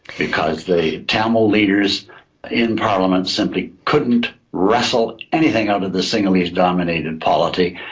because the tamil leaders in parliament simply couldn't wrestle anything out of the sinhalese-dominated polity,